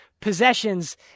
possessions